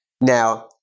Now